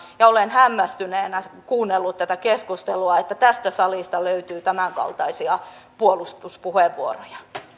ja olen hämmästyneenä kuunnellut tätä keskustelua ja sitä että tästä salista löytyy tämänkaltaisia puolustuspuheenvuoroja